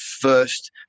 first